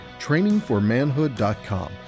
TrainingForManhood.com